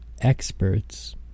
experts